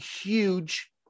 huge